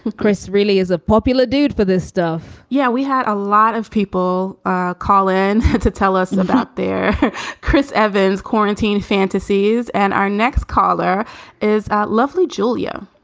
chris really is a popular dude for this stuff yeah, we had a lot of people call in to tell us about their chris evans quarantine fantasies. and our next caller is lovely, julia